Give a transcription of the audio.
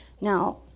Now